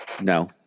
No